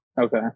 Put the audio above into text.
Okay